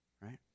Right